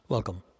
Welcome